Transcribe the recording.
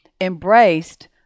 embraced